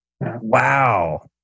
Wow